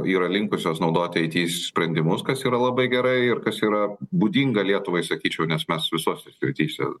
yra linkusios naudoti it sprendimus kas yra labai gerai ir kas yra būdinga lietuvai sakyčiau nes mes visose srityse